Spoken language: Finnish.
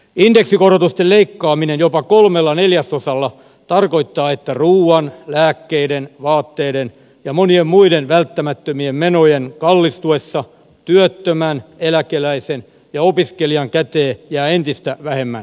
indeksikorotusten leikkaaminen jopa kolmella neljäsosalla tarkoittaa että ruuan lääkkeiden vaatteiden ja monien muiden välttämättömien menojen kallistuessa työttömän eläkeläisen ja opiskelijan käteen jää entistä vähemmän euroja